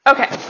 Okay